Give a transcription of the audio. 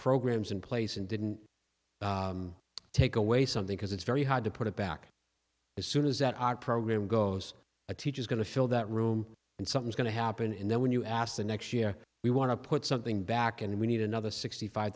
programs in place and didn't take away something because it's very hard to put it back as soon as that our program goes a teacher is going to fill that room and something's going to happen and then when you ask the next year we want to put something back and we need another sixty five